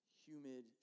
humid